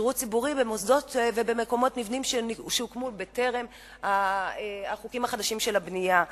שירות ציבורי במוסדות ובמבנים שהוקמו בטרם נחקקו חוקי הבנייה החדשים,